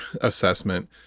assessment